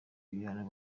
ibihano